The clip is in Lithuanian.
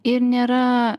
ir nėra